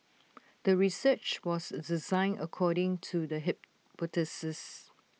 the research was designed according to the hypothesis